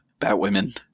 Batwomen